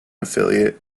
affiliate